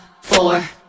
four